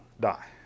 die